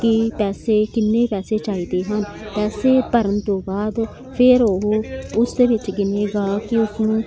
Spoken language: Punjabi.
ਕੀ ਪੈਸੇ ਕਿੰਨੇ ਪੈਸੇ ਚਾਹੀਦੇ ਹਨ ਪੈਸੇ ਭਰਨ ਤੋਂ ਬਾਅਦ ਫੇਰ ਉਹ ਉਸ ਦੇ ਵਿੱਚ ਗਿਣੇਗਾ ਕੀ ਉਸ ਨੂੰ